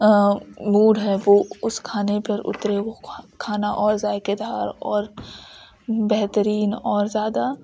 mood ہے وہ اس کھانے پر اترے وہ کھانا اور ذائقے دار اور بہترین اور زیادہ